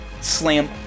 slam